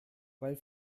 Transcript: weil